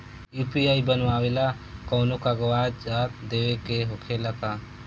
UPI बनावेला कौनो कागजात देवे के होखेला का?